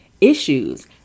issues